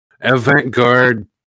avant-garde